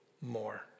more